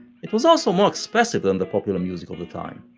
it was also more expressive than the popular music of the time,